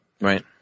Right